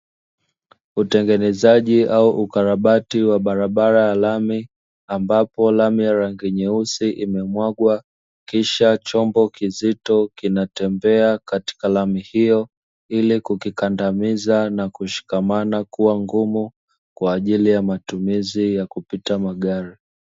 Utengenezaji au ukarabati wa barabara ya lami, ambapo lami ya rangi nyeusi imemwagwa; kisha chombo kizito kinatembea katika lami hiyo ili kukikandamiza na kushikamana na kuwa mgumu, kwa ajili ya matumizi ya kupita magari.